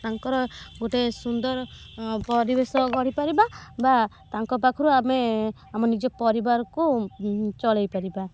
ତାଙ୍କର ଗୋଟେ ସୁନ୍ଦର ପରିବେଶ ଗଢ଼ିପାରିବା ବା ତାଙ୍କ ପାଖରୁ ଆମେ ଆମ ନିଜ ପରିବାରକୁ ଚଳାଇପାରିବା